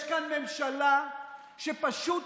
יש כאן ממשלה שפשוט